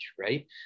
right